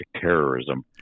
terrorism